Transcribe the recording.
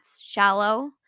shallow